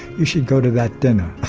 you should go to that dinner.